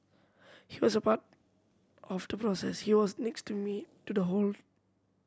he was a part of the process he was next to me to the whole